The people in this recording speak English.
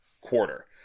quarter